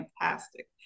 fantastic